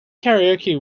karaoke